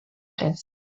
tres